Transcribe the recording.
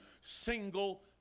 single